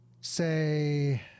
say